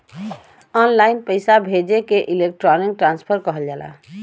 online पइसा भेजे के इलेक्ट्रानिक ट्रांसफर कहल जाला